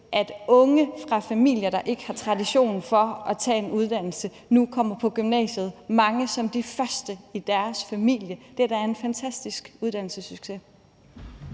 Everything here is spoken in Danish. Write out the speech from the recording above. at unge fra familier, der ikke har tradition for at tage en uddannelse, nu kommer på gymnasiet – mange som de første i deres familie. Det er da en fantastisk uddannelsessucces.